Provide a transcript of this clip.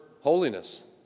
holiness